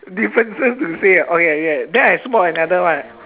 differences to say okay okay then I spot another one